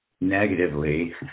negatively